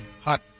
Hot